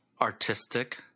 artistic –